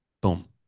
Boom